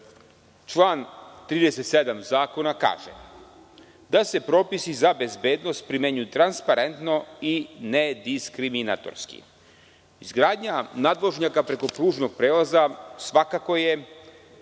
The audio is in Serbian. član 37. zakona kaže – da se propisi za bezbednost primenjuju transparentno i nediskriminatorski. Izgradnja nadvožnjaka preko pružnog prelaza svakako je